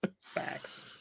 Facts